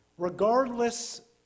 regardless